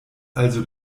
also